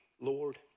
Lord